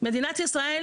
מדינת ישראל